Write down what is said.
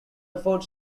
afford